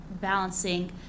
balancing